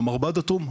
והמרב"ד אטום.